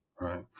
right